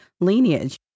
lineage